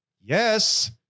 Yes